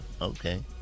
okay